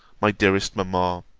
my dearest mamma